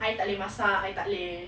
I tak boleh masak I tak boleh